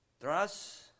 Trust